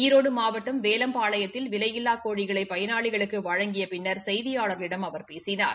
ஈரோடு மாவட்டம் வேலம்பாளையத்தில் விலையில்லா கோழிகளை பயனாளிகளுக்கு வழங்கிய பின்னர் செய்தியாளர்களிடம் அவர் பேசினார்